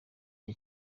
rya